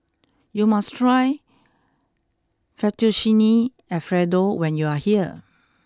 you must try Fettuccine Alfredo when you are here